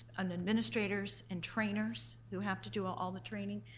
on administrators and trainers who have to do all all the training.